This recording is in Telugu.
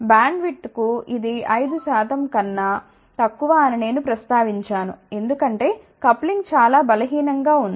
బ్యాండ్విడ్త్కు ఇది 5 శాతం కన్నా తక్కువ అని నేను ప్రస్తావించాను ఎందుకంటే కప్లింగ్ చాలా బలహీనం గా ఉంది